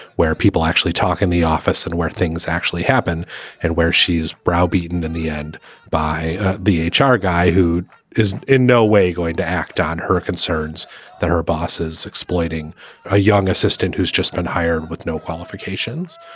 where people actually talk in the office and where things actually happen and where she's browbeaten in the end by the h r. guy who is in no way going to act on her concerns that her bosses exploiting a young assistant who's just been hired with no qualifications.